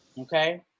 okay